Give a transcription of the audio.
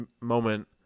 moment